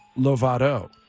Lovato